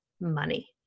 money